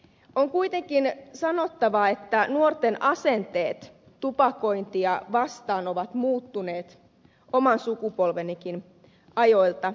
on kuitenkin sanottava että nuorten asenteet tupakointia kohtaan ovat muuttuneet oman sukupolvenikin ajoilta